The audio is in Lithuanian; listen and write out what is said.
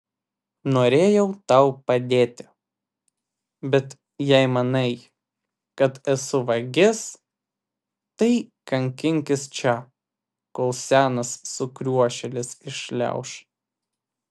norėjau tau padėti bet jei manai kad esu vagis tai kankinkis čia kol senas sukriošėlis iššliauš